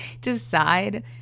decide